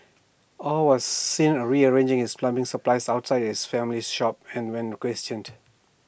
aw was seen rearranging his plumbing supplies outside his family's shop and when requestioned